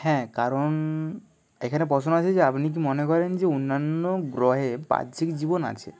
হ্যাঁ কারণ এখানে প্রশ্ন আছে যে আপনি কি মনে করেন যে অন্যান্য গ্রহে বাহ্যিক জীবন আছে